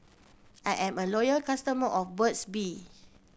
I am a loyal customer of Burt's Bee